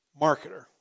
marketer